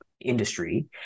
industry